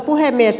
puhemies